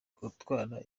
gutwara